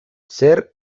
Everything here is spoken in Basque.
zer